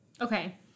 Okay